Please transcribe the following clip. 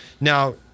Now